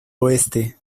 oeste